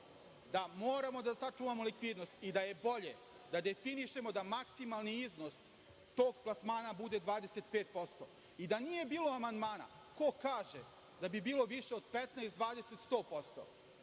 da moramo da sačuvamo likvidnost i da je bolje da definišemo da maksimalni iznos tog plasmana bude 25% i da nije bilo amandmana, ko kaže da bi bilo više od 15, 20, 100%?